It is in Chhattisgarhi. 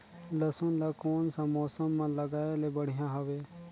लसुन ला कोन सा मौसम मां लगाय ले बढ़िया हवे?